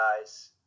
guys